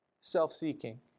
self-seeking